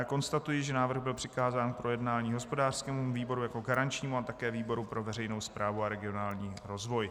Konstatuji, že návrh byl přikázán k projednání hospodářskému výboru jako garančnímu a také výboru pro veřejnou správu a regionální rozvoj.